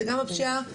זו גם הפשיעה האחרת.